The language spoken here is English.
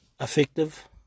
Effective